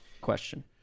question